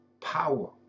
power